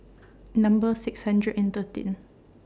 Number six hundred and thirteen